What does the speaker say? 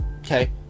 Okay